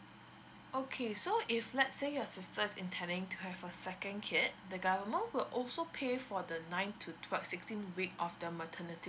okay so if let say your sister is intending to have a second kid the government will also pay for the nine to twelve sixteen week of the maternity